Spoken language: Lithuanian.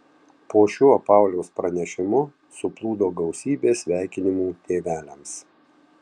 po šiuo pauliaus pranešimu suplūdo gausybė sveikinimų tėveliams